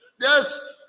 Yes